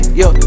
yo